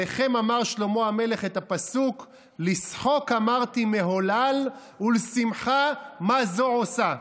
עליכם אמר שלמה המלך את הפסוק: "לשחוק אמרתי מהולל ולשמחה מה זה עשה".